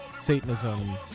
Satanism